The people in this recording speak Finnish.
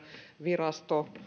virasto